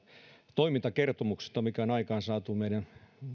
toimintakertomuksesta mikä on aikaansaatu meidän